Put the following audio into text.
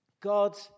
God